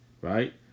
right